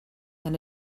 and